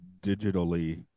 digitally